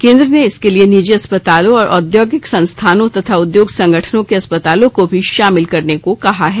केन्द्र ने इसके लिए निजी अस्पतालों और औद्योगिकी संस्थानों तथा उद्योग संगठनों के अस्पतालों को भी शामिल करने को कहा है